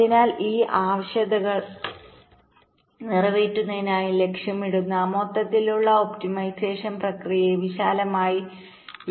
അതിനാൽ ഈ ആവശ്യകതകൾ നിറവേറ്റുന്നതിനായി ലക്ഷ്യമിടുന്ന മൊത്തത്തിലുള്ള ഒപ്റ്റിമൈസേഷൻപ്രക്രിയയെ വിശാലമായി അടുത്ത സമയമായി വിളിക്കുന്നു